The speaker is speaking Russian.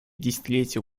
десятилетие